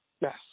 Yes